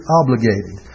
obligated